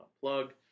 plug